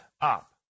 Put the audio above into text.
up